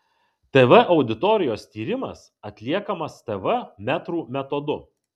tv auditorijos tyrimas atliekamas tv metrų metodu